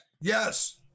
Yes